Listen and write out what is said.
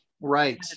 Right